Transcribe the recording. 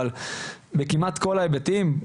אבל בכמעט כל ההיבטים,